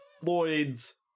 Floyd's